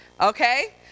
okay